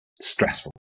stressful